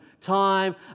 time